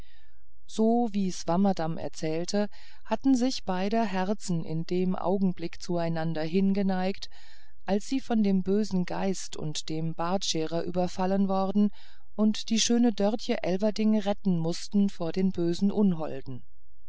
so wie swammerdamm erzählte hatten sich beider herzen in dem augenblick zueinander hingeneigt als sie von dem schönen geist und dem bartscherer überfallen wurden und die schöne dörtje elverdink retten mußten vor den bösen